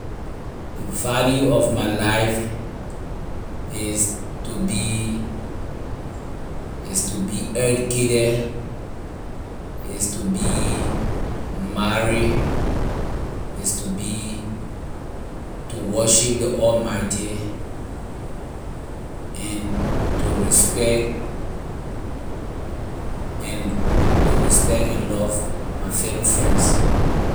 Ley value of my life is to be is to be educated is to be marry is to be to worship the almighty and to respect and to respect and love my fellow friends